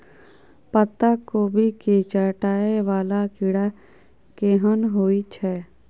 पत्ता कोबी केँ चाटय वला कीड़ा केहन होइ छै?